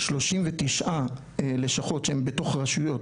39 לשכות שבהם בתוך רשויות,